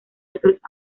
otros